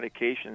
medications